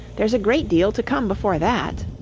there's a great deal to come before that